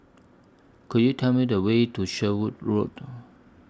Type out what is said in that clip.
Could YOU Tell Me The Way to Sherwood Road